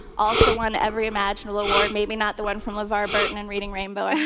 also won every imaginable award. maybe not the one from levar burton and reading rainbow, i'm